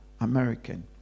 American